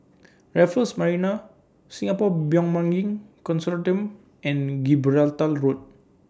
Raffles Marina Singapore Bioimaging Consortium and Gibraltar Road